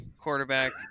quarterback